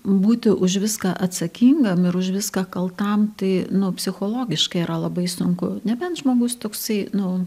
būti už viską atsakingam ir už viską kaltam tai nu psichologiškai yra labai sunku nebent žmogus toksai nu